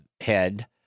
head